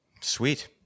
Sweet